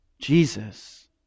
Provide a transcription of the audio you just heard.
Jesus